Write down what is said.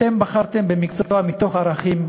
אתם בחרתם במקצוע מתוך ערכים,